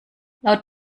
laut